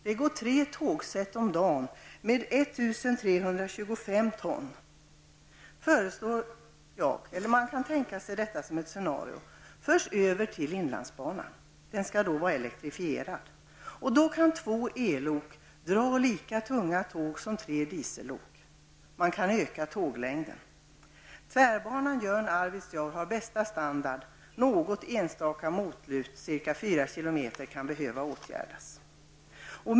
Det går tre tåg om dagen med 1 325 ton. Man kan tänka sig att dessa leveranser förs över till inlandsbanan som då skall vara elektrifierad. Då kan två ellok dra lika tunga tåg som tre diesellok. Man kan också öka tåglängden. Något enstaka motlut, cirka fyra kilometer, kan behöva åtgärdas.